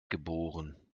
geboren